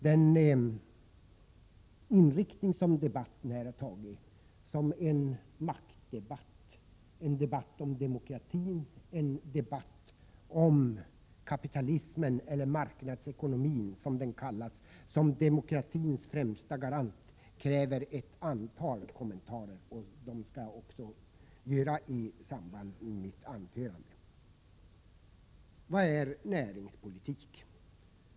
Den inriktning som debatten har fått, mot en maktdebatt, en debatt om demokratin och en debatt om kapitalismen — eller marknadsekonomin som den kallas — som demokratins främsta garant, kräver ett antal kommentarer. Dem skall jag också göra i samband med mitt anförande. Vad är näringspolitik?